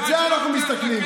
על זה אנחנו מסתכלים.